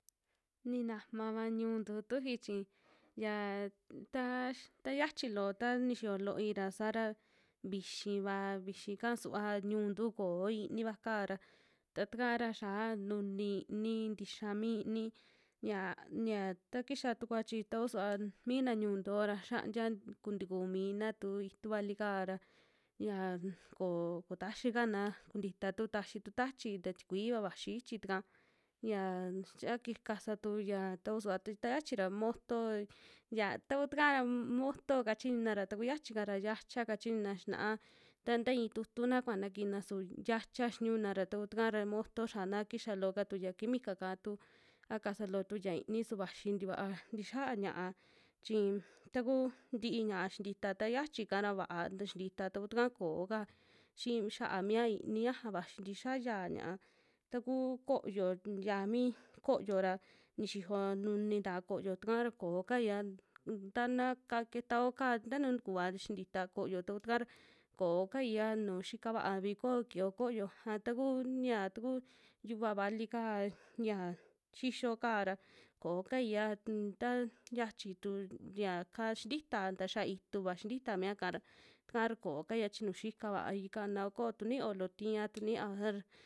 Ninamava ñu'untu tufi chi yaa taa, ta xiachi loo ta ni xiyo looi ra saara vixiva, vixika suva ñu'untu koo ini vaaka ra ta taaka ra xiaa nuni iini, tixia mi iini ya, ya ta kixa tukua chi tau suva mina ñu'untu yoo ra xiantia tuk tikuu mina tu itu vali'ka ra, yaa koo taxikana kuntitatu taxitu tachi, ta tikuiva vaxi ichi taka yia a ki kasa tuyaa tau sava ta xiaxhi ra moto, ya taku takaa ra moto kachiñuna ra, taku xiachi'ka ra yacha kachiñuna xinaa ta nta ii tu'utuna kuana kiina su yacha xinuuna ra taku taka ra, moto xiana kixa looka tuya quimica'ka tuu, a kasa loo tu ya iini su vaxi tikua xia'á ña'a, chin takuu ntii ña'a xintita ta xiachi'ka ra vaa xintita ta ku takaa ko'oka, xi xiaa mia iini yaja vaxi ntixiaa yaa ña'a, takuu koyo ya mi koyo ra nixiyo nuni ntaa koyo, taka ra koo kaya un tana ka ketao kaa tanuu tikuva xintita koyo taku takaa ra koo kaiya nuu xika vaai ko'o kio koyo, a taku ya taku yuva vali'ka yia xixio'ka ra koo kaiya nttaa xiachitu ya kaa xintitaa nta xia'a ituva, xintita miaka ra takaa ra koo kaiya chi nu xikavai kano koo ra tu nioo loo tia, tu niaoa ra.